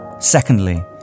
Secondly